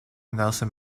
nelson